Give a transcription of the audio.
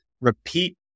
repeat